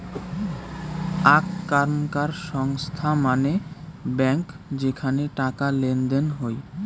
আক র্কমকার সংস্থা মানে ব্যাঙ্ক যেইখানে টাকা লেনদেন হই